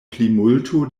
plimulto